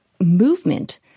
movement